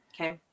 Okay